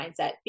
mindset